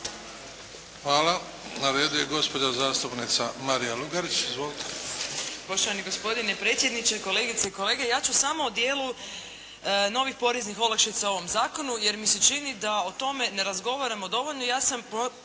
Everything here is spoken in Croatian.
Hvala. Na redu je gospođa zastupnica Marija Lugarić. Izvolite.